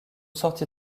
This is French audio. sorti